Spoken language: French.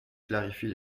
clarifie